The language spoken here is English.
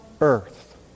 earth